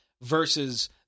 versus